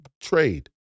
trade